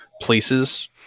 places